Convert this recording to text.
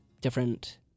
different